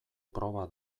proba